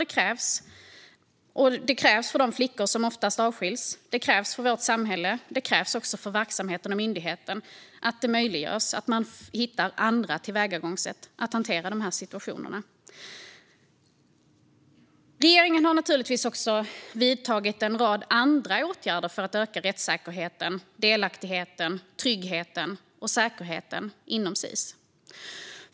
Det krävs för de flickor som oftast avskiljs, det krävs för vårt samhälle, det krävs också för verksamheten och myndigheten att det går att hitta andra tillvägagångssätt att hantera dessa situationer. Regeringen har naturligtvis också vidtagit en rad andra åtgärder för att öka rättssäkerheten, delaktigheten, tryggheten och säkerheten inom Sis.